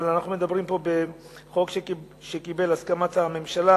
אבל אנחנו מדברים פה בחוק שקיבל את הסכמת הממשלה,